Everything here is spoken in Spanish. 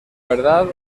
verdad